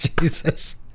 Jesus